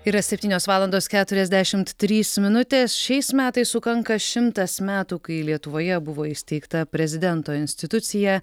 yra septynios valandos keturiasdešimt trys minutės šiais metais sukanka šimtas metų kai lietuvoje buvo įsteigta prezidento institucija